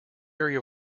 area